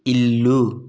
ఇల్లు